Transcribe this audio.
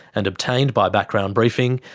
and obtained by background briefing,